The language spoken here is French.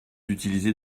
utiliser